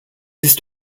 ist